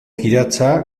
kiratsa